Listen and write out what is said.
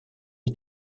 est